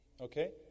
Okay